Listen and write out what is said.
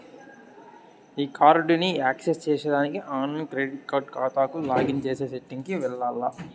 ఈ కార్డుని యాక్సెస్ చేసేదానికి ఆన్లైన్ క్రెడిట్ కార్డు కాతాకు లాగిన్ చేసే సెట్టింగ్ కి వెల్లాల్ల